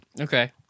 Okay